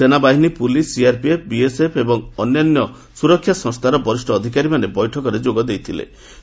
ସେନାବାହିନୀ police CRPF BSF ଏବଂ ଅନ୍ୟାନ୍ୟ ସ୍କରକ୍ଷା ସଂସ୍ଥାର ବରିଷ୍ଣ ଅଧିକାରୀମାନେ ବୈଠକରେ ଯୋଗ ଦେଇଥିଳେ